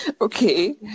Okay